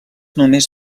només